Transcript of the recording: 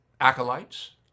acolytes